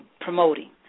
promoting